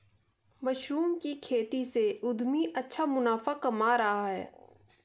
mushroom की खेती से उद्यमी अच्छा मुनाफा कमा रहे हैं